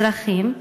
אזרחים,